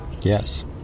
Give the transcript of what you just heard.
Yes